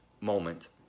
moment